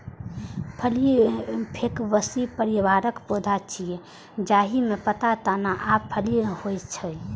फली फैबेसी परिवारक पौधा छियै, जाहि मे पात, तना आ फली होइ छै